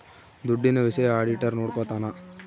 ದುಡ್ಡಿನ ವಿಷಯ ಆಡಿಟರ್ ನೋಡ್ಕೊತನ